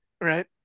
Right